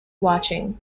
watching